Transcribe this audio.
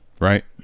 right